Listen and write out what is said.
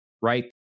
right